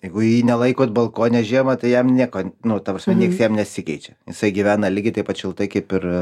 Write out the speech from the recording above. jeigu jį nelaikot balkone žiemą tai jam nieko nu ta prasme nieks jam nesikeičia jisai gyvena lygiai taip pat šiltai kaip ir